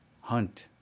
Hunt